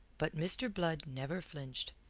but mr. blood never flinched.